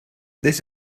this